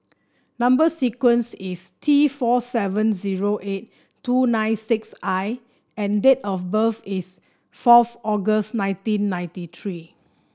number sequence is T four seven zero eight two nine six I and date of birth is fourth August nineteen ninety three